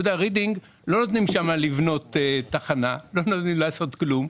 לא נותנים שם לבנות תחנה, לא נותנים לעשות כלום.